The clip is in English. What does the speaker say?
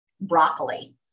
broccoli